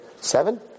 seven